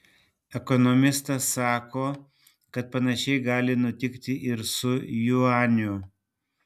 ekonomistas sako kad panašiai gali nutikti ir su juaniu